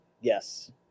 Yes